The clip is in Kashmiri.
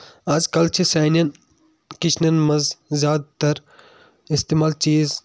آز کل چھِ سانٮ۪ن کِچنَن منٛز زیادٕ تر اِستعمال چیٖز